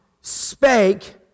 spake